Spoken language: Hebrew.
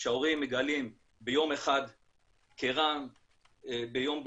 כשההורים מגלים ביום אחד כרעם ביום בהיר,